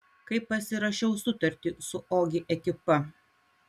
kai pasirašiau sutartį su ogi ekipa